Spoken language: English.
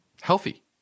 healthy